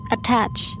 Attach